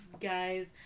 guys